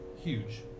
huge